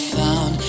found